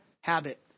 habit